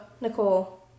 Nicole